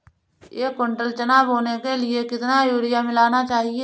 एक कुंटल चना बोने के लिए कितना यूरिया मिलाना चाहिये?